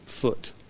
foot